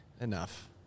enough